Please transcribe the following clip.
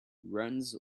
runs